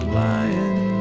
lying